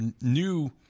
new